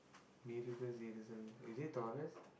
is it Taurus